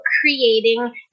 creating